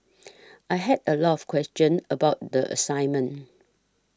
I had a lot of questions about the assignment